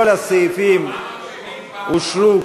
כל הסעיפים אושרו,